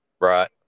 Right